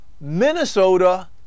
Minnesota